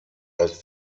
als